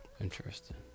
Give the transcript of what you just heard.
Interesting